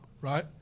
right